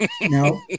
No